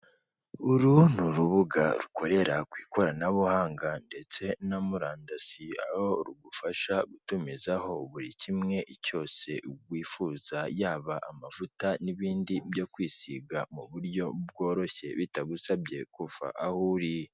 Uru ni urubuga rukorera ku ikoranabuhanga, ndetse na murandasi, aho rugufasha gutumizaho buri kimwe cyose wifuza yaba amavuta, n'ibindi byo kwisiga mu buryo bworoshye bitagusabye kuva aho uri.